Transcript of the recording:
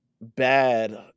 bad